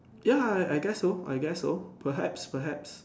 ya I I guess so I guess so perhaps perhaps